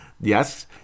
yes